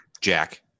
Jack